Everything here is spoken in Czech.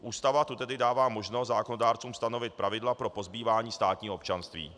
Ústava tu tedy dává možnost zákonodárcům stanovit pravidla pro pozbývání státního občanství.